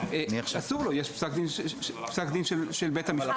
אסור לו, יש פסק דין של בית המשפט.